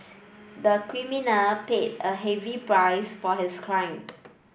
the criminal paid a heavy price for his crime